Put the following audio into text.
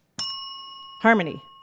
Harmony